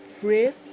pray